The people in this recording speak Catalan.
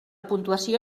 puntuació